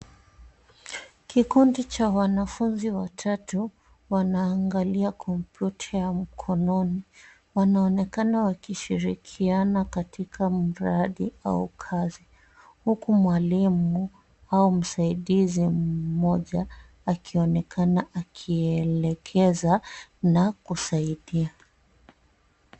Kikundi cha wanafunzi watatu, wanaangalia kompyuta ya mkononi wanaonekana wakishirikiana katika mradi au kazi, huku mwalimu au msaidizi mmoja akionekana akielekeza na kusaidia.